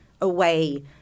away